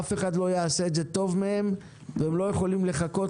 אף אחד לא יעשה את זה טוב מהם והם לא יכולים לחכות